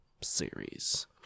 series